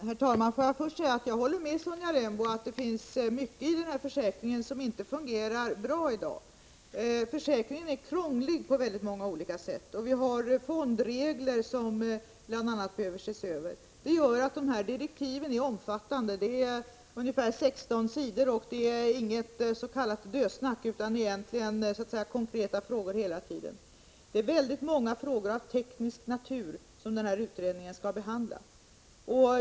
Herr talman! Får jag först säga att jag håller med Sonja Rembo om att den här försäkringen i många avseenden inte fungerar bra i dag. Försäkringen är krånglig på synnerligen många olika sätt. Det finns t.ex. fondregler som behöver ses över. De här direktiven är alltså omfattande. Det rör sig om ungefär 16 sidor. Det är inget s.k. dösnack utan det gäller egentligen enbart konkreta frågor. Det är synnerligen många frågor av teknisk natur som den här utredningen skall behandla.